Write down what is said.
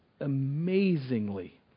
amazingly